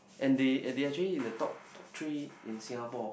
and they and they actually in the top top three in Singapore